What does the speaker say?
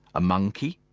a monkey?